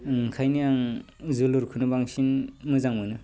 ओंखायनो आं जोलुरखौनो बांसिन मोजां मोनो